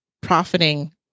profiting